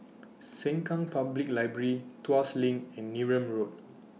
Sengkang Public Library Tuas LINK and Neram Road